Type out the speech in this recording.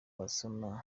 wasoma